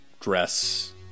Dress